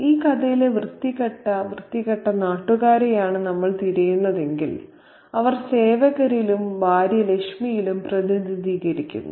ഈ കഥയിലെ വൃത്തികെട്ട വൃത്തികെട്ട നാട്ടുകാരെയാണ് നമ്മൾ തിരയുന്നതെങ്കിൽ അവർ സേവകരിലും ഭാര്യ ലച്മിയിലും പ്രതിനിധീകരിക്കുന്നു